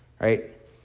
right